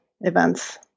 events